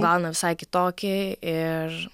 gauna visai kitokį ir